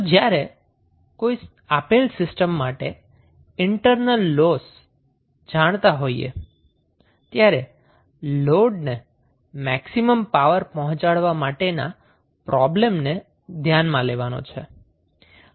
તો જ્યારે કોઈ આપેલ સિસ્ટમ માટે ઈન્ટર્નલ લોસ જાણતાં હોઈએ ત્યારે લોડને મેક્સિમમ પાવર પહોચાડવા માટેના પ્રોબ્લેમને ધ્યાનમાં લેવાનો છે